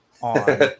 on